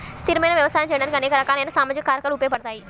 స్థిరమైన వ్యవసాయం చేయడానికి అనేక రకాలైన సామాజిక కారకాలు ఉపయోగపడతాయి